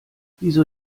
wieso